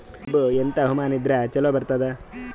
ಕಬ್ಬು ಎಂಥಾ ಹವಾಮಾನ ಇದರ ಚಲೋ ಬರತ್ತಾದ?